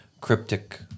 cryptic